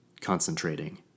Concentrating